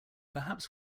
perhaps